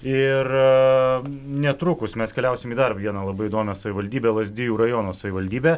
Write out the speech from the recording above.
ir netrukus mes keliausim į dar vieną labai įdomią savivaldybę lazdijų rajono savivaldybę